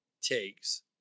takes